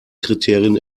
kriterien